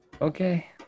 okay